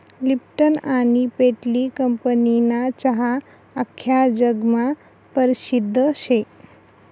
Lipton आनी पेटली कंपनीना चहा आख्खा जगमा परसिद्ध शे